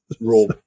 Rule